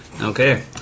Okay